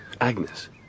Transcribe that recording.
Agnes